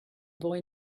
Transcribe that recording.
boy